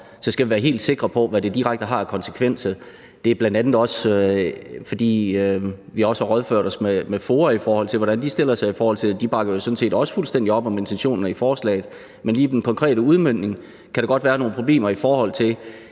så skal være helt sikre på, hvad det direkte har af konsekvenser. Det er, bl.a. fordi vi også har rådført os med FOA, i forhold til hvordan de stiller sig til det. De bakker jo sådan set også fuldstændig op om intentionerne i forslaget, men lige i den konkrete udmøntning kan der godt være nogle problemer. Nu